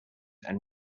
and